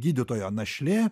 gydytojo našlė